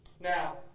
Now